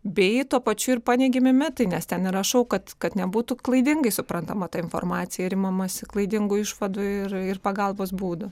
bei tuo pačiu ir paneigiami mitai nes ten ir rašau kad kad nebūtų klaidingai suprantama ta informacija ir imamasi klaidingų išvadų ir ir pagalbos būdų